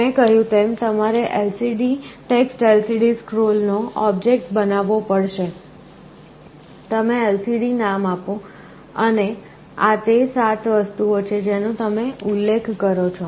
મેં કહ્યું તેમ તમારે TextLCDScroll નો ઑબ્જેક્ટ બનાવવો પડશે તમે lcd નામ આપો અને આ તે 7 વસ્તુઓ છે જેનો તમે ઉલ્લેખ કરો છો